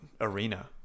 arena